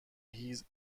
هیز